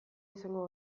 izango